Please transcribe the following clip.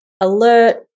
alert